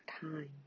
time